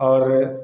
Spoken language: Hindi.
और